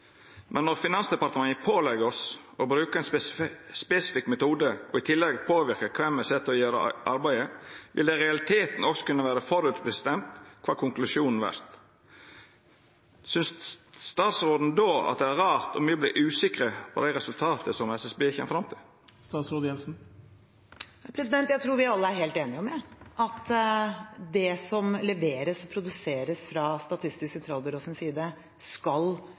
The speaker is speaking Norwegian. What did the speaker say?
når Finansdepartementet pålegger oss å bruke en spesifikk metode og i tillegg påvirker hvem vi setter til å gjøre jobben, vil det i realiteten også kunne være forutbestemt hva konklusjonen blir.» Synest statsråden då at det er rart om me vert usikre på dei resultata som SSB kjem fram til? Jeg tror vi alle er helt enige om at det som leveres og produseres fra Statistisk sentralbyrås side, skal